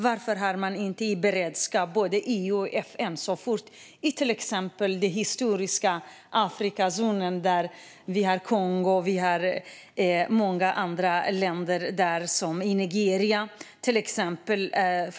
Varför har inte EU och FN beredskap? Detta förekommer i den historiska Afrikazonen i länder som Kongo, Nigeria och många andra.